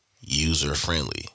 user-friendly